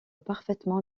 parfaitement